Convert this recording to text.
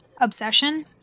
Obsession